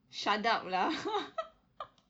shut up lah